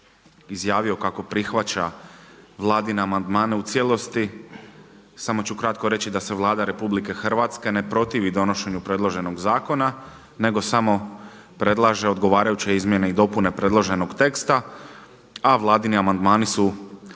izjavio kako prihvaća Vladine amandmane u cijelosti samo ću kratko reći da se Vlada RH ne protivi donošenju predloženog zakona nego samo predlaže odgovarajuće izmjene i dopune predloženog teksta a Vladini amandmani su